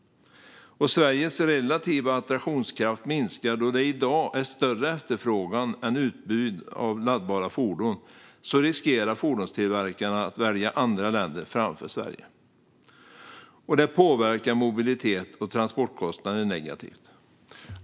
Man skriver vidare att Sveriges relativa attraktionskraft minskar eftersom det i dag finns en större efterfrågan än utbud av laddbara fordon, och då riskerar fordonstillverkarna att välja andra länder framför Sverige, vilket påverkar mobilitet och transportkostnader negativt.